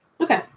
Okay